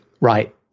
right